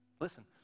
Listen